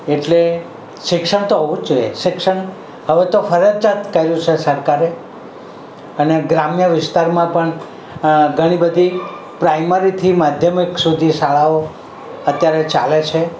એટલે શિક્ષણ તો હોવું જ જોઈએ શિક્ષણ હવે તો ફરજીયાત કર્યું છે સરકારે અને ગ્રામ્ય વિસ્તારમાં પણ ઘણી બધી પ્રાઇમરીથી માધ્યમિક સુધીની શાળાઓ અત્યારે ચાલે છે